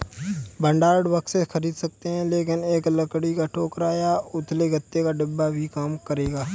भंडारण बक्से खरीद सकते हैं लेकिन एक लकड़ी का टोकरा या उथले गत्ते का डिब्बा भी काम करेगा